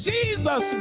Jesus